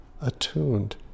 attuned